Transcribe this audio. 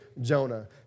Jonah